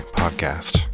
podcast